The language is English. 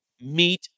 meet